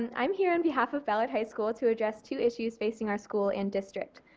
and i am here on behalf of ballard high school to address two issues facing our school and district.